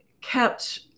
kept